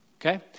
okay